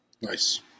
Nice